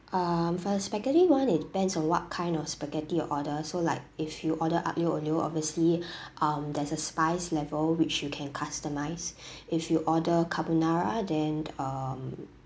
um for the spaghetti one it depends on what kind of spaghetti you order so like if you order aglio e olio obviously um there's a spice level which you can customize if you order carbonara then um